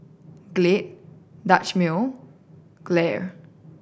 Glade Dutch Mill Gelare